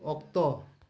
ᱚᱠᱛᱚ